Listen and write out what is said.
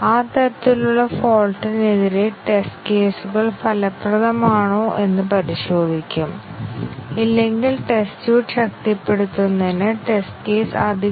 എത്ര പാത്തുകൾ ഉണ്ട് എത്ര ലിനെയാർലി ഇൻഡിപെൻഡെന്റ് പാത്തുകൾ ഉണ്ട് എന്ന് നമുക്കറിയാം എന്നാൽ ആവശ്യമായ പാത്തുകളുടെ എണ്ണം അറിഞ്ഞിട്ടും നമുക്ക് ആ പാത്തുകൾ അറിയില്ല